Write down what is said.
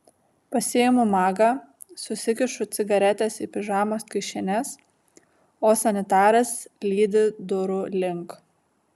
pasiimu magą susikišu cigaretes į pižamos kišenes o sanitaras lydi durų link